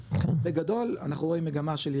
בגדול אנחנו רואים מגמה של ירידה,